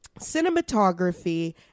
Cinematography